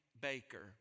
Baker